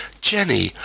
Jenny